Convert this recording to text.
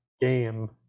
game